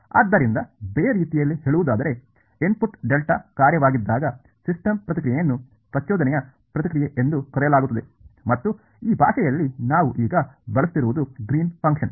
ಆದ್ದರಿಂದ ಬೇರೆ ರೀತಿಯಲ್ಲಿ ಹೇಳುವುದಾದರೆ ಇನ್ಪುಟ್ ಡೆಲ್ಟಾ ಕಾರ್ಯವಾಗಿದ್ದಾಗ ಸಿಸ್ಟಮ್ ಪ್ರತಿಕ್ರಿಯೆಯನ್ನು ಪ್ರಚೋದನೆಯ ಪ್ರತಿಕ್ರಿಯೆ ಎಂದು ಕರೆಯಲಾಗುತ್ತದೆ ಮತ್ತು ಈ ಭಾಷೆಯಲ್ಲಿ ನಾವು ಈಗ ಬಳಸುತ್ತಿರುವದು ಗ್ರೀನ್ಸ್ ಫಂಕ್ಷನ್